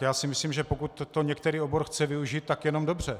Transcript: Já si myslím, že pokud to některý obor chce využít, tak je to jenom dobře.